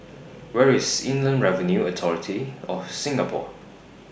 Where IS Inland Revenue Authority of Singapore